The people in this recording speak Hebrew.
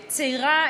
צעירה,